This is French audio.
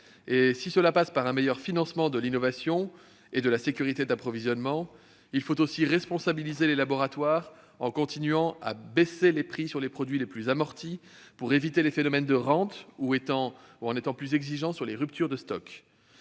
Si cela passe par un meilleur financement de l'innovation et une meilleure sécurité d'approvisionnement en médicaments, il faut aussi responsabiliser les laboratoires, en continuant à baisser les prix sur les produits les plus amortis, afin d'éviter les phénomènes de rente, ou en étant plus exigeant sur les ruptures de stock.